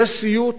זה סיוט